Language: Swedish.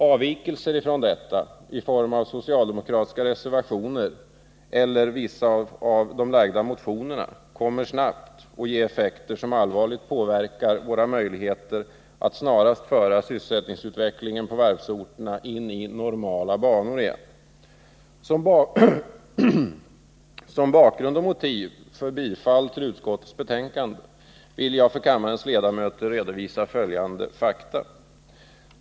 Avvikelser, i form av bifall till socialdemokratiska reservationer eller till vissa av de väckta motionerna, kommer snabbt att ge effekter som allvarligt påverkar våra möjligheter att snarast föra sysselsättningsutvecklingen på varvsorterna in i ”normala” banor igen. Som bakgrund och motiv för bifall till utskottets hemställan vill jag för kammarens ledamöter redovisa följande fakta.